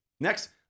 Next